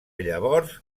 llavors